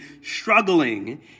struggling